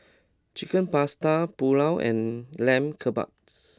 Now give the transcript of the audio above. Chicken Pasta Pulao and Lamb Kebabs